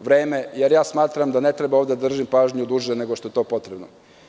vreme, jer smatram da ne treba da držim pažnju duže nego što je to potrebno.